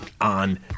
on